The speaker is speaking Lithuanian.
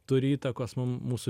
turi įtakos mum mūsų